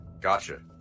Gotcha